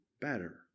better